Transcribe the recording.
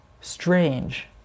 strange